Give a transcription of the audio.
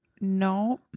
No